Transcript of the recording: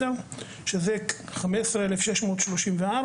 שזה 15,634,